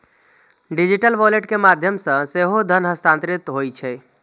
digital wallet के माध्यम सं सेहो धन हस्तांतरित होइ छै